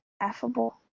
Affable